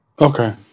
Okay